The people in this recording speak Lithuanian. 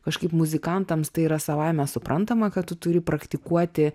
kažkaip muzikantams tai yra savaime suprantama kad tu turi praktikuoti